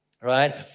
right